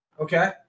Okay